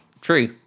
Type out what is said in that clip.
True